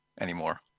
anymore